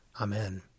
Amen